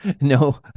No